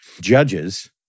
judges